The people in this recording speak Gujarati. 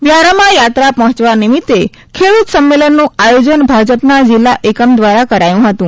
વ્યારામાં યાત્રા પહોંચવા નિમિતે ખેડુત સંમેલનનું આયોજન ભાજપના જિલ્લા એકમ દ્વારા કરાયું હતું